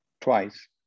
twice